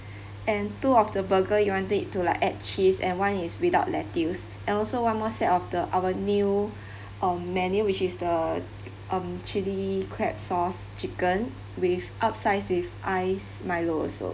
and two of the burger you want it to like add cheese and one is without lettuce also one more set of the our new um menu which is the um chili crab sauce chicken with upsize with iced milo also